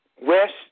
west